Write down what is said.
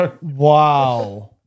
Wow